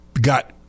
got –